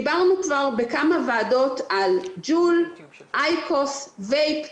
דיברנו כבר בכמה ועדות על ג'ול, אייקוס, וייב.